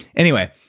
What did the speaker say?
anyway,